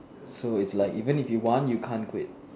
so it's like even if you want you can't quit